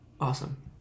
Awesome